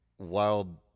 wild